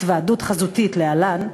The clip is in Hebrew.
התוועדות חזותית להלן,